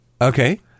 Okay